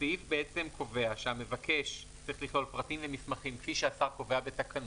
הסעיף קובע שהמבקש צריך לכלול פרטים ומסמכים כפי שהשר קובע בתקנות.